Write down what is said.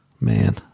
man